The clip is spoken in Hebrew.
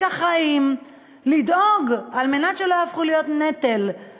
אחראיים לדאוג על מנת שלא יהפכו להיות נטל,